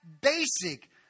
basic